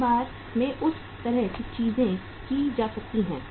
एक बार में उस तरह की चीजें की जा सकती हैं